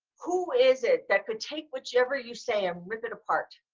who is it that could take whichever you say and rip it apart?